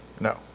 no